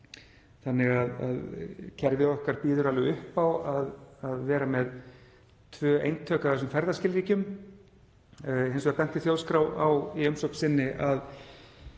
þannig að kerfið okkar býður alveg upp á að vera með tvö eintök af þessum ferðaskilríkjum. Hins vegar benti Þjóðskrá á í umsögn sinni að